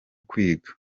kwiga